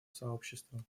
сообществу